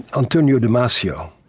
antonio damasio,